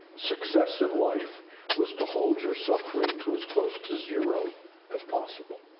success in life was to hold your suffering to as close to zero as possible.